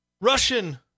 Russian